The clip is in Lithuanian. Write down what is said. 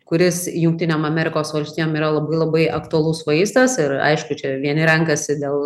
kuris jungtinėm amerikos valstijom yra labai labai aktualus vaistas ir aišku čia vieni renkasi dėl